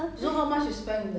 but 很像 illegal 这样